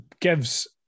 gives